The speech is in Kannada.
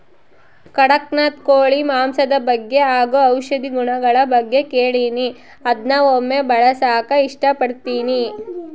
ಕಡಖ್ನಾಥ್ ಕೋಳಿ ಮಾಂಸದ ಬಗ್ಗೆ ಹಾಗು ಔಷಧಿ ಗುಣಗಳ ಬಗ್ಗೆ ಕೇಳಿನಿ ಅದ್ನ ಒಮ್ಮೆ ಬಳಸಕ ಇಷ್ಟಪಡ್ತಿನಿ